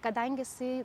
kadangi jisai